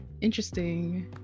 interesting